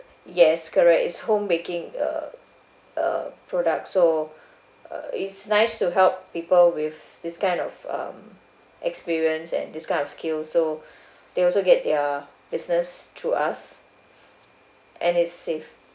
yes correct is home baking uh uh product so uh it's nice to help people with this kind of um experience and this kind of skill so they also get their business through us and is safe